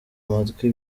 amatwi